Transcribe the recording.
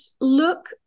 look-